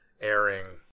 airing